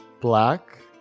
black